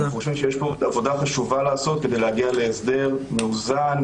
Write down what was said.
יש פה עבודה חשובה לעשות כדי להגיע להסדר מאוזן,